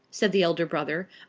said the elder brother,